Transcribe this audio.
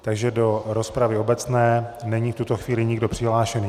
Takže do rozpravy obecné není v tuto chvíli nikdo přihlášený.